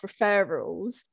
referrals